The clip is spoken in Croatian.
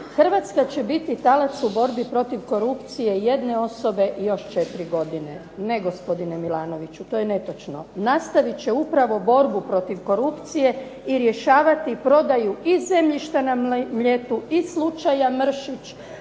"Hrvatska će biti talac u borbi protiv korupcije jedne osobe još četiri godine." Ne gospodine Milanoviću, to je netočno. Nastavit će upravo borbu protiv korupcije i rješavati prodaju i zemljišta na Mljetu i slučaja Mršić